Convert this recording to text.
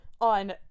on